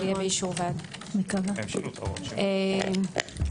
תוספת שנייה - אקריא.